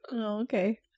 okay